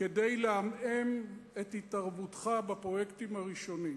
כדי לעמעם את התערבותך בפרויקטים הראשונים?